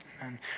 Amen